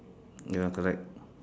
ya correct